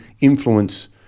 influence